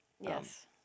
Yes